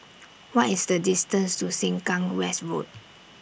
What IS The distance to Sengkang West Road